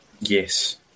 Yes